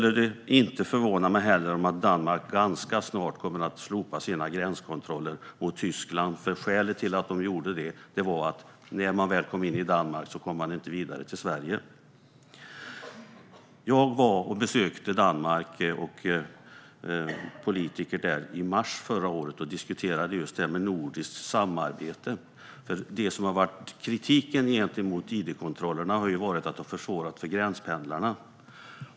Det skulle inte förvåna mig om Danmark ganska snart kommer att slopa sina gränskontroller mot Tyskland, för skälet till att de införde dem var att man inte kom vidare till Sverige när man väl kom in i Danmark. Jag besökte Danmark och politiker där i mars förra året, och då diskuterade vi nordiskt samarbete. Kritiken mot id-kontrollerna har varit att de har försvårat för gränspendlarna.